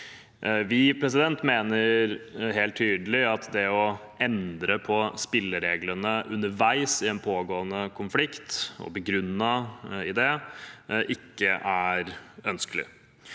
Vi mener helt tydelig at det å endre på spillereglene underveis i en pågående konflikt, og begrunnet i den, ikke er ønskelig.